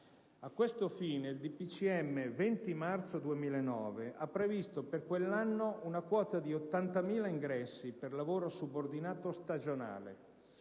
dei ministri del 20 marzo 2009 ha previsto per quell'anno una quota di 80.000 ingressi per lavoro subordinato stagionale